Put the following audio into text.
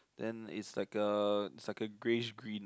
then it's like a it's like a greyish green